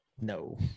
No